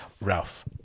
ralph